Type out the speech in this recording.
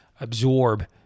absorb